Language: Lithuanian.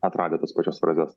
atradę tas pačias frazes